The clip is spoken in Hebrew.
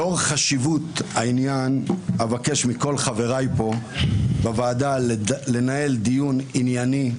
לאור חשיבות העניין אבקש מכל חבריי פה בוועדה לנהל דיון ענייני,